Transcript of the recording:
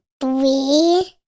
Three